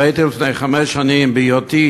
הבאתי לפני חמש שנים, בהיותי